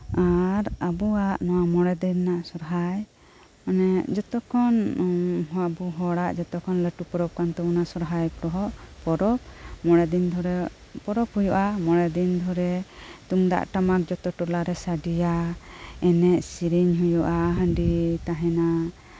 ᱟᱨ ᱟᱵᱩᱣᱟᱜ ᱱᱚᱣᱟ ᱢᱚᱲᱮ ᱫᱤᱱ ᱨᱮᱱᱟᱜ ᱥᱚᱦᱚᱨᱟᱭ ᱚᱱᱮ ᱡᱚᱛᱚᱠᱷᱚᱱ ᱟᱵᱩᱦᱚᱲᱟᱜ ᱡᱚᱛᱠᱷᱚᱱ ᱞᱟᱹᱴᱩ ᱯᱚᱨᱚᱵ ᱠᱟᱱᱛᱟᱵᱩᱱᱟ ᱥᱚᱦᱚᱨᱟᱭ ᱯᱚᱨᱚᱵ ᱢᱚᱲᱮᱫᱤᱱ ᱫᱷᱚᱨᱮ ᱯᱚᱨᱚᱵ ᱦᱩᱭᱩᱜᱼᱟ ᱢᱚᱲᱮᱫᱤᱱ ᱫᱷᱚᱨᱮ ᱛᱩᱢᱫᱟᱜ ᱴᱟᱢᱟᱠ ᱟᱛᱩ ᱴᱚᱞᱟᱨᱮ ᱥᱟᱰᱤᱭᱟ ᱮᱱᱮᱡ ᱥᱤᱨᱤᱧ ᱦᱩᱭᱩᱜᱼᱟ ᱦᱟᱺᱰᱤ ᱛᱟᱦᱮᱱᱟ